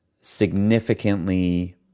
significantly